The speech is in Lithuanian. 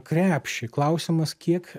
krepšį klausimas kiek